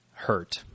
hurt